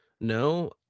No